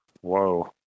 Whoa